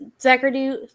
Zachary